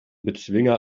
bezwinger